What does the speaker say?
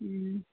ഉം